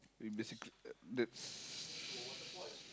we basic uh that's